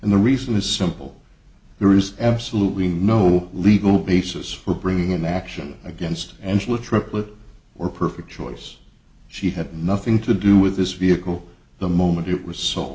and the reason is simple there is absolutely no legal basis for bringing an action against and triplet or perfect choice she had nothing to do with this vehicle the moment it was so